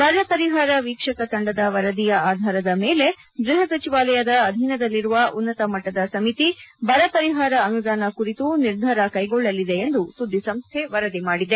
ಬರಪರಿಹಾರ ವೀಕ್ಷಕ ತಂಡದ ವರದಿಯ ಆಧಾರದ ಮೇಲೆ ಗೃಹ ಸಚಿವಾಲಯದ ಅಧೀನದಲ್ಲಿರುವ ಉನ್ನತ ಮಟ್ಟದ ಸಮಿತಿ ಬರಪರಿಹಾರ ಅನುದಾನ ಕುರಿತು ನಿರ್ಧಾರ ಕೈಗೊಳ್ಳಲಿದೆ ಎಂದು ಸುದ್ದಿಸಂಸ್ಥೆ ವರದಿ ಮಾಡಿದೆ